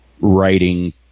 writing